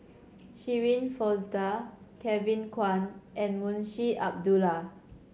Shirin Fozdar Kevin Kwan and Munshi Abdullah